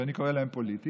שאני קורא להם פוליטיים,